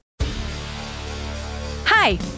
Hi